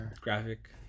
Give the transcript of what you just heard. graphic